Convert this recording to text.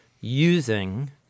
using